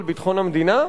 מדברים על ביטחון המדינה?